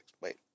Wait